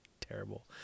terrible